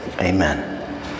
Amen